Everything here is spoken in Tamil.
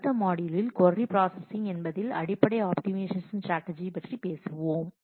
அடுத்த மாட்யூலில் கொர்ரி பிராஸஸிங் என்பதில் அடிப்படை ஆப்டிமைசேஷன் ஸ்ட்ராட்டஜி பற்றி பேசுவோம்